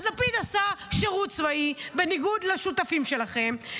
אז לפיד עשה שירות צבאי, בניגוד לשותפים שלכם.